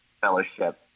fellowship